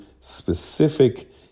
specific